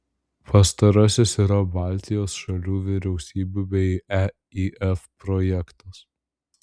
pastarasis yra baltijos šalių vyriausybių bei eif projektas